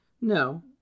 No